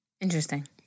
interesting